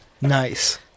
Nice